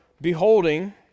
beholding